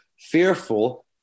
fearful